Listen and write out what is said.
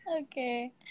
Okay